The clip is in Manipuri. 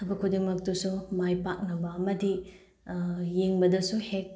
ꯊꯕꯛ ꯈꯨꯗꯤꯡꯃꯛꯇꯨꯁꯨ ꯃꯥꯏ ꯄꯥꯛꯅꯕ ꯑꯃꯗꯤ ꯌꯦꯡꯕꯗꯁꯨ ꯍꯦꯛ